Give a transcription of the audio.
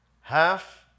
half